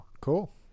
Cool